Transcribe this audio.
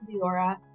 Leora